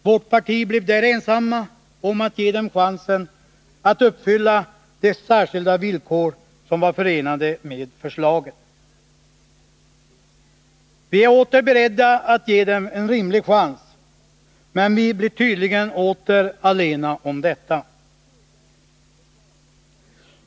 Vårt parti blev där ensamt om att ge dem chansen att uppfylla de särskilda villkor som var förenade med förslaget. Vi är åter beredda att ge dem en rimlig chans, men vi blir tydligen åter allena om detta.